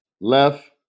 left